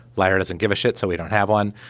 blatter doesn't give a shit so we don't have one.